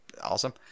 awesome